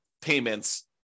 payments